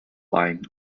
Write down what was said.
line